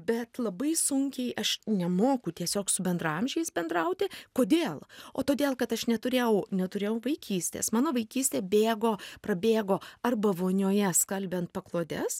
bet labai sunkiai aš nemoku tiesiog su bendraamžiais bendrauti kodėl o todėl kad aš neturėjau neturėjau vaikystės mano vaikystė bėgo prabėgo arba vonioje skalbiant paklodes